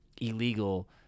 illegal